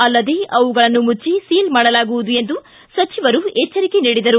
ಅಲ್ಲದೇ ಅವುಗಳನ್ನು ಮುಚ್ಚಿ ಸೀಲ್ ಮಾಡಲಾಗುವುದು ಎಂದು ಸಚಿವರು ಎಚ್ಚರಿಕೆ ನೀಡಿದರು